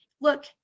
look